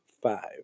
five